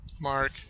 Mark